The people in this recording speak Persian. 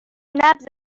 نبض